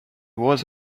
was